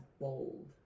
bold